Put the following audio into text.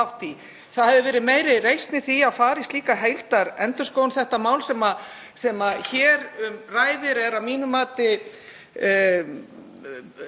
Það hefði verið meiri reisn í því að fara í slíka heildarendurskoðun. Þetta mál sem um ræðir er að mínu mati